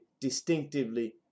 distinctively